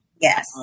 Yes